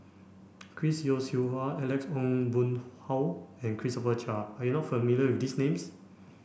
Chris Yeo Siew Hua Alex Ong Boon Hau and Christopher Chia are you not familiar with these names